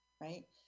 right